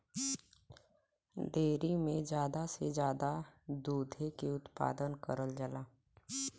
dairy में जादा से जादा दुधे के उत्पादन करल जाला